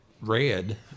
Red